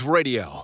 Radio